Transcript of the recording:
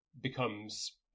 becomes